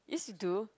yes you do